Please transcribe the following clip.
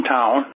town